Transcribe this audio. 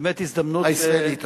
זאת באמת הזדמנות, הישראלי.